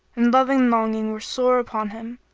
and love and longing were sore upon him,